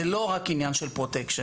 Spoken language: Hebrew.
זה לא רק עניין של פרוטקשן,